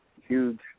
Huge